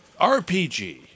RPG